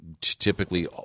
typically